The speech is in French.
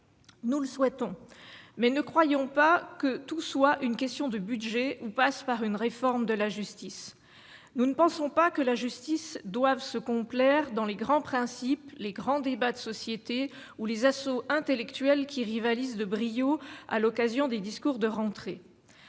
Nous le souhaitons, mais ne croyons pas que tout soit une question de budget où passe par une réforme de la justice, nous ne pensons pas que la justice doivent se complaire dans les grands principes, les grands débats de société où les assauts intellectuel qui rivalisent de brio, à l'occasion des discours de rentrée,